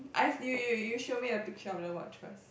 I you you you show me the picture of the watch first